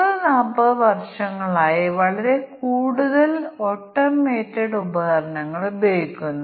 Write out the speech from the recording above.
അതിനാൽ മറ്റൊരു പ്രശ്നത്തിനായി തീരുമാന പട്ടിക പരിശോധന രൂപകൽപ്പന ചെയ്യാൻ നമുക്ക് ശ്രമിക്കാം